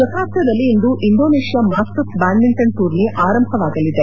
ಜಕಾರ್ತದಲ್ಲಿ ಇಂದು Indonesia masters badminton tourney ಆರೋಭವಾಗಲಿದೆ